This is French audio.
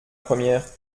première